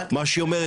מה שהיא אומרת,